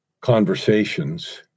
conversations